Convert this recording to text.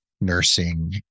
nursing